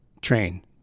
train